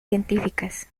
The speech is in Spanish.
científicas